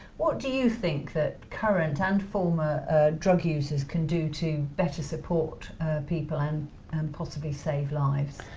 what do you think that current and former drug users can do to better support people and and possibly save lives?